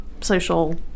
social